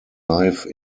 live